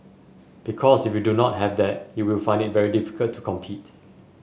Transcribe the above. because if you do not have that you will find it very difficult to compete